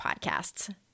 podcasts